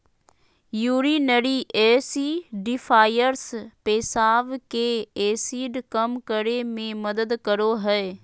urinary acidifiers पेशाब के acid कम करे मे मदद करो हय